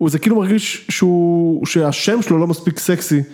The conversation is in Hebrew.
וזה כאילו מרגיש שהוא שהשם שלו לא מספיק סקסי.